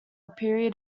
period